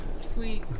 sweet